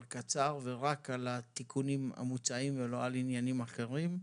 לדבר קצר ורק על התיקונים המוצעים ולא על עניינים אחרים.